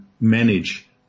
manage